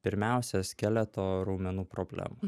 pirmiausia skeleto raumenų problemų